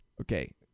okay